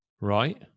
Right